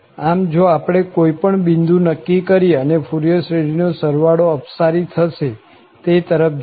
આમ જો આપણે કોઈ પણ બિંદુ નક્કી કરીએ અને ફુરિયર શ્રેઢી નો સરવાળો અપસારી થશે તે તરફ જશે